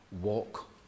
Walk